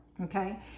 okay